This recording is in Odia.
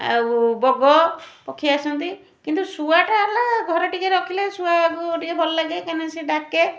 ଆଉ ବଗ ପକ୍ଷୀ ଆସନ୍ତି କିନ୍ତୁ ଶୁଆଟା ହେଲା ଘରେ ଟିକିଏ ରଖିଲେ ଶୁଆକୁ ଟିକିଏ ଭଲ ଲାଗେ କାହିଁକିନା ସିଏ ଡାକେ